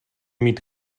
mít